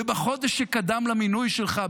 ובחודש שקדם למינוי שלך,